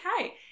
Okay